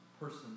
person